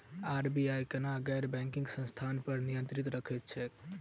RBI केना गैर banking संस्था पर नियत्रंण राखैत छैक?